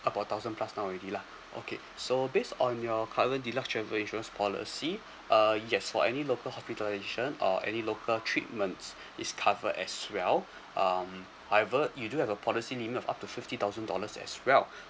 about thousand plus now already lah okay so based on your current deluxe travel insurance policy uh yes for any local hospitalisation or any local treatments is covered as well um however you do have a policy limit of up to fifty thousand dollars as well